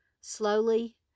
slowly